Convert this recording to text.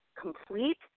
complete